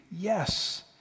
Yes